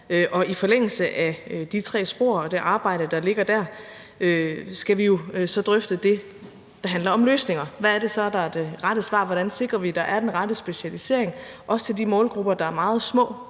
og i forlængelse af de tre spor og det arbejde, der ligger der, skal vi jo så drøfte det, der handler om løsninger. Hvad er det så, der er det rette svar? Hvordan sikrer vi, at der er den rette specialisering, også til de målgrupper, der er meget små